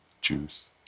Juice